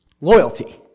loyalty